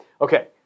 Okay